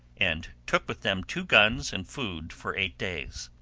and took with them two guns and food for eight days.